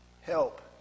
Help